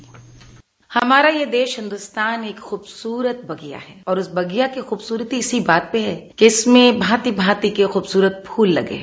bite हमारा यह देश हिन्दुस्तान एक खूबसूरत बगिया है और उस बगिया की खूबस्रती इसी बात पे है कि इसमें भांति भांति के खूबसूरत फूल लगे हैं